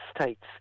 states